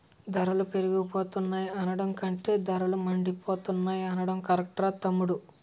ధరలు పెరిగిపోతున్నాయి అనడం కంటే ధరలు మండిపోతున్నాయ్ అనడం కరెక్టురా తమ్ముడూ